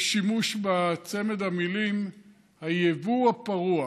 יש שימוש בצמד המילים "הייבוא הפרוע".